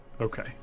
Okay